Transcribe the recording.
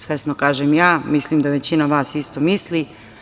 Svesno kažem "ja", a mislim da većina vas isto misli.